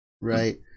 Right